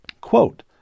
Quote